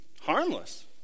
Harmless